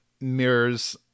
mirrors